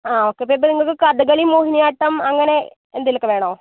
ആ ഓക്കെ അപ്പം ഇപ്പം നിങ്ങൾക്ക് കഥകളി മോഹിനിയാട്ടം അങ്ങനെ എന്തേലുവൊക്കെ വേണോ